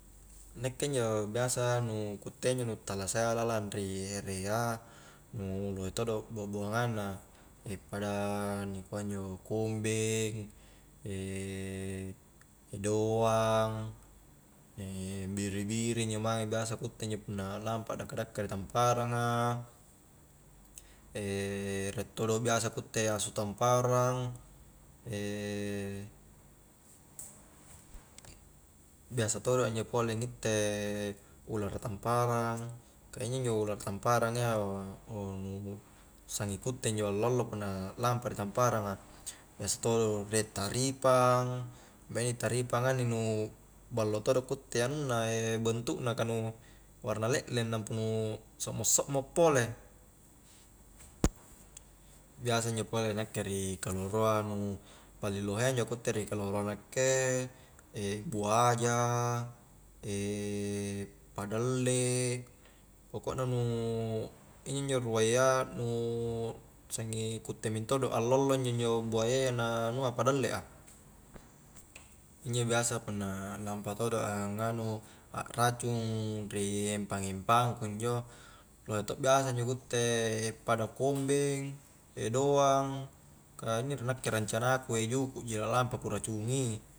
Nakke injo biasa nu ku utte a injo nu tallasayya lalang ri erea nu lohe todo' bua'buangang na pada nikua injo kombeng doang biri-biri injo mae biasa ku utte injo punna lampa a dakka-dakka ri tamparang a rie todo biasa ku utte asu tamparang biasa todo injo pole ngitte ulara tamparang ka inj-injo ulara tamparang a iya sanging ku utte injo allo-allo punna lampa a ri tamparang a biasa todo riek taripang na ini taripanga inni nu ballo todo ku utte anunna bentu' na, ka nu warna le'leng nampa nu sokmo-sokmo pole biasa injo pole nakke ri kaloroa nu paling lohea ku utte ri kaloro a nakke buaja padalle, pokok na nu injo-injo ruayya nu sanging ku itte mentodo allo-allo injo-njo buayaya na anua padalle a injo biasa punna nampa todo' angnganu akracung ri empang-empang kunjo lohe to' biasa injo ku utte pada kombeng doang ka inni nakke rencana ku juku' ji lalampa ku racungi